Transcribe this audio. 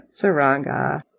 Saranga